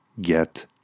get